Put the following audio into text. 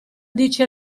dice